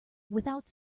without